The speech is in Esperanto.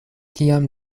kiom